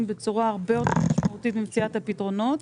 בצורה הרבה יותר משמעותית במציאת הפתרונות,